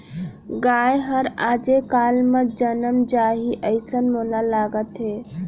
गाय हर आजे काल म जनम जाही, अइसन मोला लागत हे